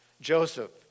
Joseph